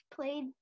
played